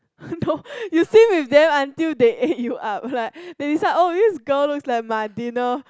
no you swim with them until they ate you up like they decide oh this girl looks like my dinner